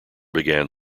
began